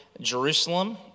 Jerusalem